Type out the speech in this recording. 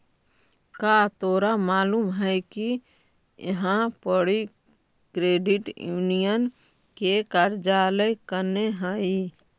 का तोरा मालूम है कि इहाँ पड़ी क्रेडिट यूनियन के कार्यालय कने हई?